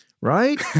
Right